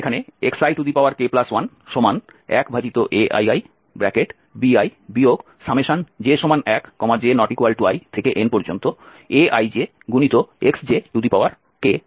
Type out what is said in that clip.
আমরা এখানে xik11aiibi j1j≠inaijxjঅনুসারে লিখতে পারি